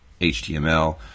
html